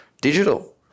digital